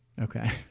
Okay